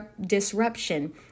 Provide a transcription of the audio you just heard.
disruption